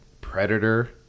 Predator